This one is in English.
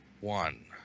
One